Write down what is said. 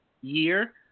year